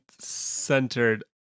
centered